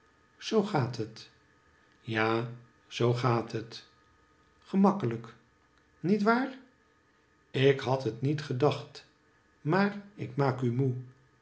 sprak zoogaat het ja zoo gaat het gemakkelijk niet waar ik had het niet gedacht maar ik maak u moe